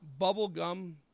Bubblegum